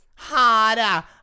Harder